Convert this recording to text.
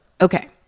okay